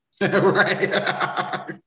Right